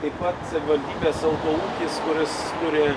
taip pat savivaldybės autoūkis kuris turi